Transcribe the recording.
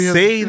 say